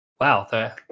wow